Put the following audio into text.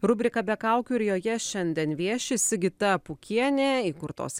rubrika be kaukių ir joje šiandien vieši sigita pūkienė įkurtos